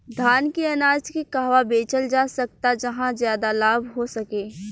धान के अनाज के कहवा बेचल जा सकता जहाँ ज्यादा लाभ हो सके?